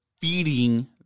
feeding